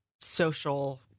social